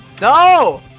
No